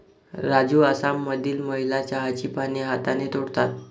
राजू आसाममधील महिला चहाची पाने हाताने तोडतात